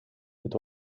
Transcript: het